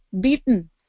beaten